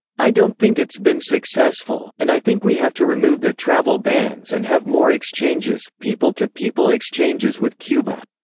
i don't think it's been successful, and i think we have to remove the travel bans and have more exchanges people to people exchanges with cuba.